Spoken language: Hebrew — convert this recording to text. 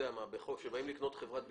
באים לקנות חברת ביטוח,